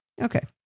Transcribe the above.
Okay